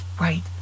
right